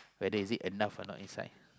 whether is it enough or not inside